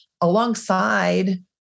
alongside